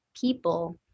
people